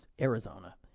Arizona